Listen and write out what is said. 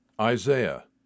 Isaiah